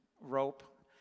rope